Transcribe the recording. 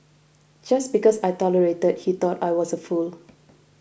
just because I tolerated he thought I was a fool